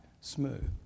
smooth